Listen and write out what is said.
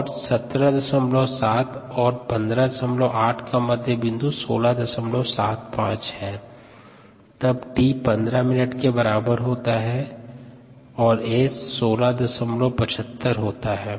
177 और 158 का मध्य बिंदु 1675 है तब t 15 मिनट के बराबर होता है और S 1675 होता है